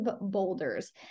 boulders